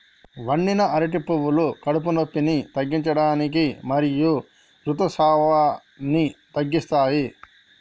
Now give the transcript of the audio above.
వండిన అరటి పువ్వులు కడుపు నొప్పిని తగ్గించడానికి మరియు ఋతుసావాన్ని తగ్గిస్తాయి